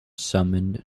summoned